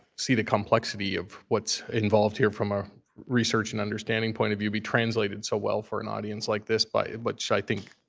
see the complexity of what's involved here from a research and understanding point of view be translated so well for an audience like this, which i think